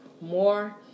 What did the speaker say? more